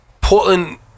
Portland